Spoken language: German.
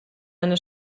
eine